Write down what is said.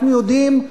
אנחנו יודעים.